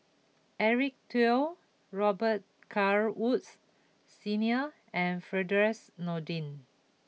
Eric Teo Robet Carr Woods Senior and Firdaus Nordin